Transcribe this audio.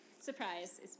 Surprise